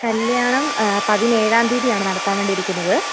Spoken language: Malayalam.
കല്യാണം പതിനേഴാം തീയ്യതിയാണ് നടത്താൻ വേണ്ടിയിരിക്കുന്നത്